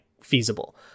feasible